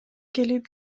келип